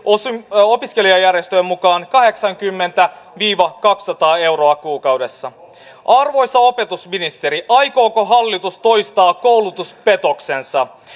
opiskelijajärjestöjen mukaan kahdeksankymmentä viiva kaksisataa euroa kuukaudessa arvoisa opetusministeri aikooko hallitus toistaa koulutuspetoksensa